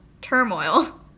turmoil